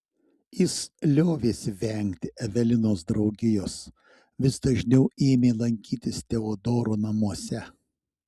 jis liovėsi vengti evelinos draugijos vis dažniau ėmė lankytis teodoro namuose